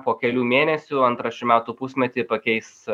po kelių mėnesių antrą šių metų pusmetį pakeis